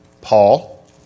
Paul